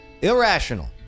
irrational